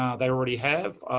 um they already have.